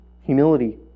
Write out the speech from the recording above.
humility